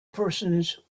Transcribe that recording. persons